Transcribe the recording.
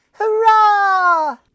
Hurrah